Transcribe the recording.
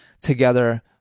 together